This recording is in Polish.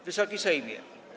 Wysoki Sejmie!